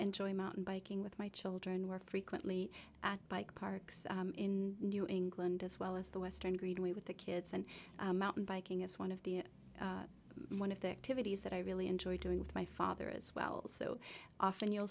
enjoy mountain biking with my children were frequently at bike parks in new england as well as the western green with the kids and mountain biking is one of the one of the activities that i really enjoy doing with my father as well so often you'll